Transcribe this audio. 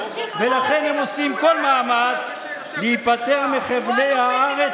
ולכן הם עושים כל מאמץ להיפטר מחבלי הארץ,